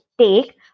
take